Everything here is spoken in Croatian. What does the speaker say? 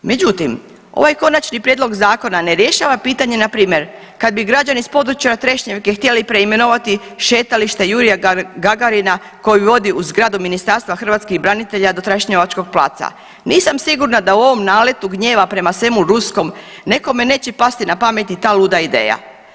Međutim, ovaj konačni prijedlog zakona ne rješava pitanje npr. kad bi građani s područja Trešnjevke htjeli preimenovati Šetalište Jurija Gagarina koji vodi u zgradu Ministarstva hrvatskih branitelja do Trešnjevačkog placa, nisam sigurna da u ovom naletu gnjeva prema svemu ruskom nekome pasti na pamet i ta luda ideja.